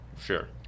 Sure